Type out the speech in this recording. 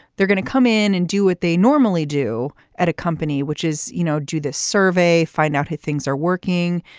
they're going to come in and do what they normally do at a company, which is, you know, do this survey, find out how things are working.